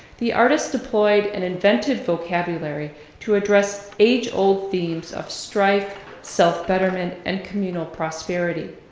the artist deployed an inventive vocabulary to address age old themes of strife, self-betterment, and communal prosperity.